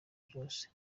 byose